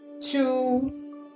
two